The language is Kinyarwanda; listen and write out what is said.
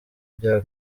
bya